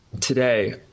today